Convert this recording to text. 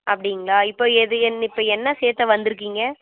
அப்டிங்களா இப்போ எது என்ன இப்போ என்ன சேர்க்க வந்துருக்கீங்க